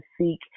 seek